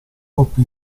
coppa